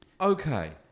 Okay